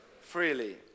freely